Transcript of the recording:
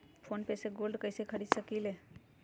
Phone पे से gold कईसे खरीद सकीले?